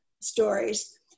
stories